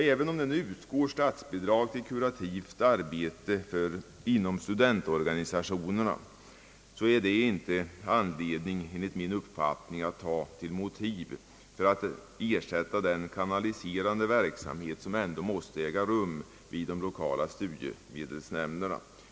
även om statsbidrag utgår till kurativt arbete inom studentorganisationerna, är detta enligt min uppfattning inte en ersättning för den kanaliserande verksamhet som måste äga rum vid de lokala nämnderna.